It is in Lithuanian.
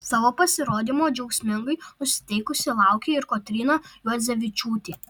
savo pasirodymo džiaugsmingai nusiteikusi laukė ir kotryna juodzevičiūtė